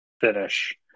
finish